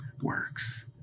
works